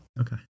Okay